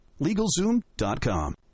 LegalZoom.com